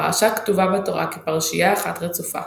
הפרשה כתובה בתורה כפרשיה אחת רצופה.